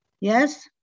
Yes